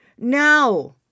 No